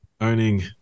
owning